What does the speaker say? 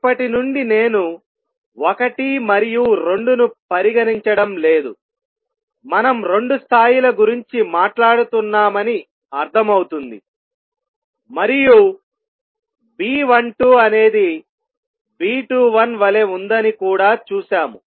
ఇప్పటి నుండి నేను 1 మరియు 2 ను పరిగణించడం లేదు మనం రెండు స్థాయిల గురించి మాట్లాడుతున్నామని అర్ధం అవుతుంది మరియు B12అనేది B21 వలె ఉందని కూడా చూశాము